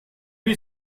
you